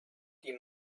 die